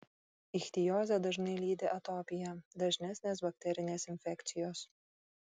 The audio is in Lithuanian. ichtiozę dažnai lydi atopija dažnesnės bakterinės infekcijos